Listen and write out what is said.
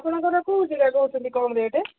ଆପଣଙ୍କର କୋଉଠି ବା କହୁଛନ୍ତି କମ୍ ରେଟ୍